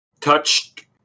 touched